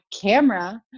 camera